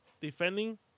defending